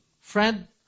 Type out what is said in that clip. Friend